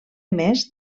mes